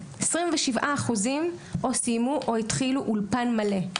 27% או סיימו או התחילו אולפן מלא.